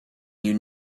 you